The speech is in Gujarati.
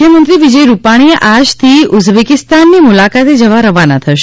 મુખ્યમંત્રી વિજય રૂપાણી આજથી ઉઝબેકીસ્તાનની મુલાકાતે જવા રવાના થશે